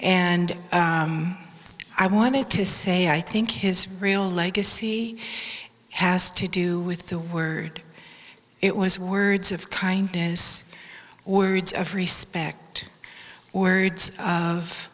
and i wanted to say i think his real legacy has to do with the word it was words of kindness words of respect words of